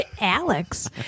Alex